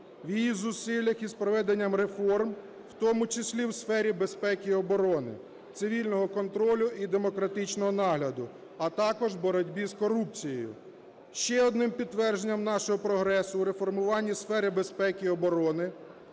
в її зусиллях із проведенням реформ, в тому числі у сфері безпеки і оборони, цивільного контролю і демократичного нагляду, а також у боротьбі з корупцією. Ще одним підтвердженням нашого прогресу у реформуванні сфери безпеки і оборони,